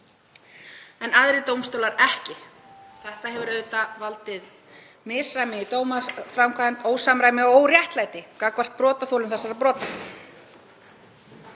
en aðrir dómstólar ekki. Þetta hefur auðvitað valdið misræmi í dómaframkvæmd, ósamræmi og óréttlæti gagnvart brotaþolum þessara brota.